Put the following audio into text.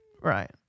Right